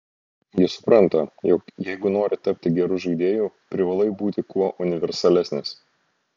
jis supranta jog jeigu nori tapti geru žaidėju privalai būti kuo universalesnis